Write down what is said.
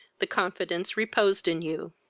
the confidence reposed in you.